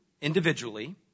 individually